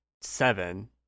seven